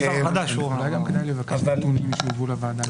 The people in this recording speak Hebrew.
אולי כדאי לבקש נונים יובאו לוועדה.